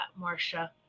Marsha